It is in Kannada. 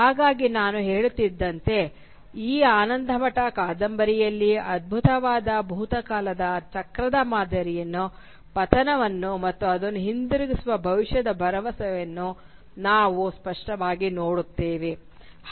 ಹಾಗಾಗಿ ನಾನು ಹೇಳುತ್ತಿದ್ದಂತೆ ಈ ಆನಂದಮಠ ಕಾದಂಬರಿಯಲ್ಲಿ ಅದ್ಭುತವಾದ ಭೂತಕಾಲದ ಚಕ್ರದಮಾದರಿಯನ್ನು ಪತನವನ್ನು ಮತ್ತು ಅದನ್ನು ಹಿಂದಿರುಗಿಸುವ ಭವಿಷ್ಯದ ಭರವಸೆಯನ್ನು ನಾವು ಸ್ಪಷ್ಟವಾಗಿ ನೋಡುತ್ತವೆ